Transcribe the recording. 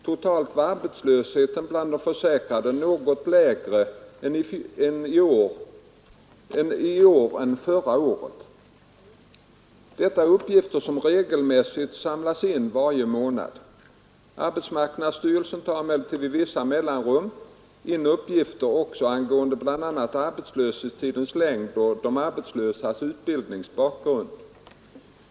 Totalt var arbetslösheten bland de försäkrade något lägre i år än förra året. Detta är uppgifter som regelmässigt samlas in varje månad. Arbetsmarknadsstyrelsen tar emellertid med vissa mellanrum in uppgifter också angående bl.a. arbetslöshetstidens längd och de arbetslösas utbildningsbakgrund.